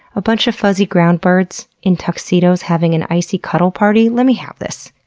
a bunch of fuzzy ground birds in tuxedos having an icy cuddle party? let me have this.